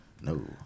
No